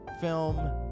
film